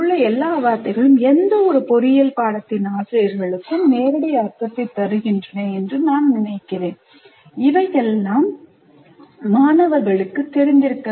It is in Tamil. எல்லா வார்த்தைகளும் எந்தவொரு பொறியியல் பாடத்தின் ஆசிரியர்களுக்கும் நேரடி அர்த்தத்தை தருகின்றன என்று நான் நினைக்கிறேன்இவையெல்லாம் மாணவர்களுக்கு தெரிந்திருக்க வேண்டும்